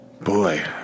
Boy